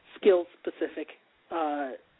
skill-specific